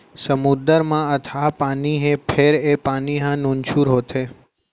समुद्दर म अथाह पानी हे फेर ए पानी ह नुनझुर होथे